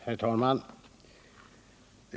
Herr talman!